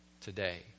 Today